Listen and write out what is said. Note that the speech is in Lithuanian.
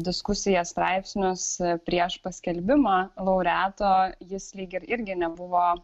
diskusiją straipsnius prieš paskelbimą laureato jis lyg ir irgi nebuvo